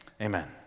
amen